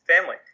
family